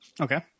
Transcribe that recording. Okay